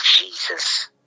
Jesus